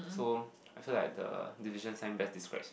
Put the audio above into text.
so I feel like the division sign best describe